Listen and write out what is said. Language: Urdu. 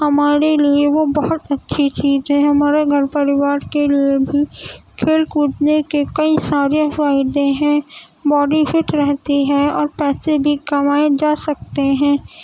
ہمارے لیے وہ بہت اچھی چیز ہے ہمارے گھر پریوار کے لیے بھی کھیل کودنے کے کئی سارے فائدے ہیں باڈی فٹ رہتی ہے اور پیسے بھی کمائے جا سکتے ہیں